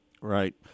Right